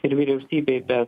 ir vyriausybei bet